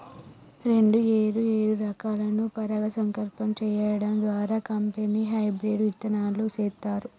రెండు ఏరు ఏరు రకాలను పరాగ సంపర్కం సేయడం ద్వారా కంపెనీ హెబ్రిడ్ ఇత్తనాలు సేత్తారు